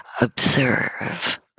observe